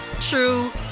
true